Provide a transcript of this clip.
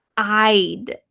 i'd.